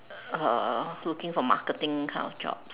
uh I was looking for marketing kind of job